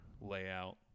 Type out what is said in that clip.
layout